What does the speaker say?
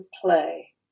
play